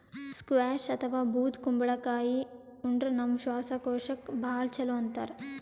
squash ಅಥವಾ ಬೂದ್ ಕುಂಬಳಕಾಯಿ ಉಂಡ್ರ ನಮ್ ಶ್ವಾಸಕೋಶಕ್ಕ್ ಭಾಳ್ ಛಲೋ ಅಂತಾರ್